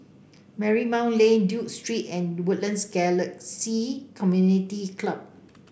Marymount Lane Duke Street and Woodlands Galaxy Community Club